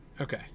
Okay